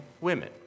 women